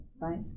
right